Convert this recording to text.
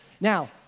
Now